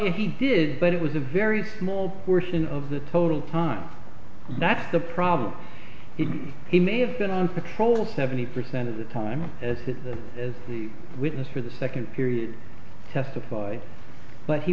he did but it was a very small portion of the total time that's the problem he he may have been on patrol seventy percent of the time as it is the witness for the second period testified but he